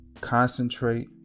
concentrate